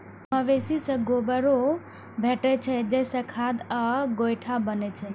मवेशी सं गोबरो भेटै छै, जइसे खाद आ गोइठा बनै छै